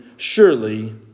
surely